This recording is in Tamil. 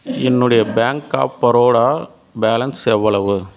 என்னுடைய பேங்க் ஆஃப் பரோடா பேலன்ஸ் எவ்வளவு